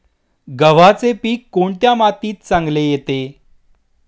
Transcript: गव्हाचे पीक कोणत्या मातीत चांगले येते?